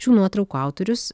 šių nuotraukų autorius